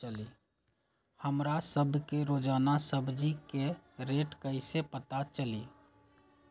हमरा सब के रोजान सब्जी के रेट कईसे पता चली?